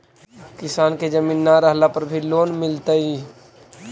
किसान के जमीन न रहला पर भी लोन मिलतइ?